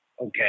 okay